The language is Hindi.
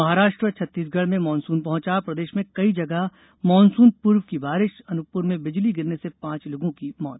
महाराष्ट्र छत्तीसगढ़ में मानसून पहॅचा प्रदेश में कई जगह मानसून पूर्व की बारिश अनूपप्र में बिजली गिरने से पांच लोगों की मौत